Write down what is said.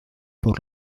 por